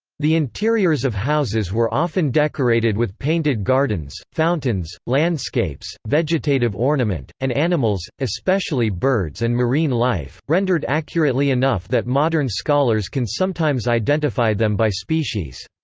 the interiors of houses were often decorated with painted gardens, fountains, landscapes, vegetative ornament, and animals, especially birds and marine life, rendered accurately enough that modern scholars can sometimes identify them by species.